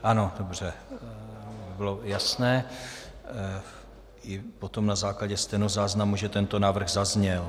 Ano, dobře, aby bylo jasné i potom na základě stenozáznamu, že tento návrh zazněl.